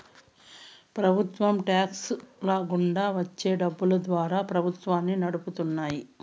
ప్రభుత్వ టాక్స్ ల గుండా వచ్చే డబ్బులు ద్వారా ప్రభుత్వాన్ని నడుపుతున్నాయి